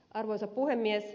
arvoisa puhemies